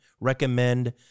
recommend